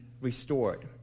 restored